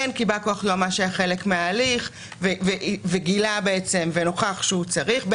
בין אם כי בא-כוח היועמ"ש היה חלק מההליך וגילה שהוא צריך להתערב,